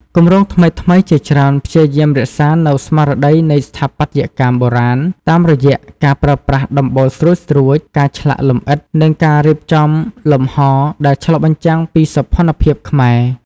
គម្រោងថ្មីៗជាច្រើនព្យាយាមរក្សានូវស្មារតីនៃស្ថាបត្យកម្មបុរាណ តាមរយៈការប្រើប្រាស់ដំបូលស្រួចៗ ការឆ្លាក់លម្អិត និងការរៀបចំលំហដែលឆ្លុះបញ្ចាំងពីសោភ័ណភាពខ្មែរ។